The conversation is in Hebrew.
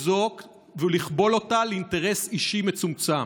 זו ולכבול אותה לאינטרס אישי מצומצם.